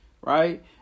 right